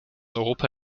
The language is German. europa